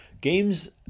games